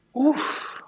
Oof